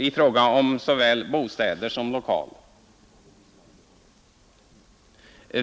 i fråga om såväl bostäder som lokaler.